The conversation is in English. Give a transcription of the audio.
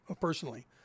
personally